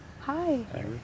Hi